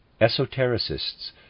esotericists